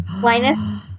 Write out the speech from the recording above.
Linus